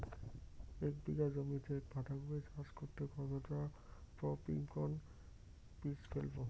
এক বিঘা জমিতে বাধাকপি চাষ করতে কতটা পপ্রীমকন বীজ ফেলবো?